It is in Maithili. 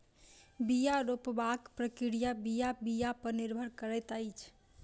बीया रोपबाक प्रक्रिया बीया बीया पर निर्भर करैत अछि